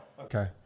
Okay